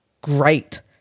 great